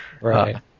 Right